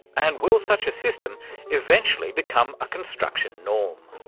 and will such a system eventually become a construction norm?